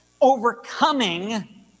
Overcoming